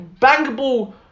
bankable